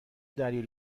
دلیل